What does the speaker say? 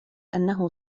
أنه